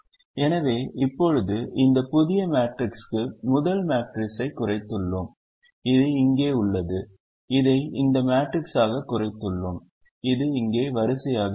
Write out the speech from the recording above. எனவே இப்போது இந்த புதிய மேட்ரிக்ஸுக்கு முதல் மேட்ரிக்ஸைக் குறைத்துள்ளோம் இது இங்கே உள்ளது இதை இந்த மேட்ரிக்ஸாகக் குறைத்துள்ளோம் இது இங்கே வரிசையாக உள்ளது